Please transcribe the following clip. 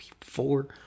four